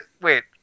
wait